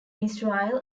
israel